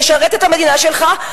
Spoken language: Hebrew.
תשרת את המדינה שלך,